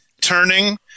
turning